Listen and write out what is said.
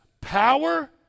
power